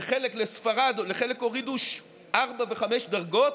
לספרד, לחלק הורידו ארבע, שלוש דרגות.